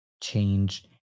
change